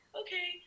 okay